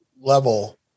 level